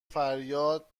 فریاد